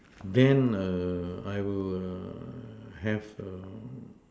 then err I will err have a